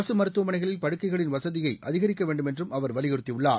அரசு மருத்துவமனைகளில் படுக்கைகளின் வசதியை அதிகரிக்க வேண்டும் என்றும் அவர் வலியுறுத்தி உள்ளார்